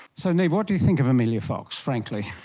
so niamh, what do you think of amelia fox, frankly?